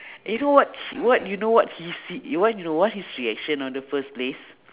and you know what what you know what he's se~ you know what h~ you know what his reaction on the first place